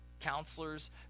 counselors